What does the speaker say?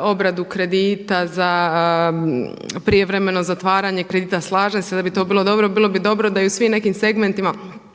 obradu kredita, za prijevremeno zatvaranje kredita, slažem se da bi to bilo dobro. Bilo bi dobro da i u svim nekim segmentima